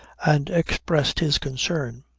and expressed his concern.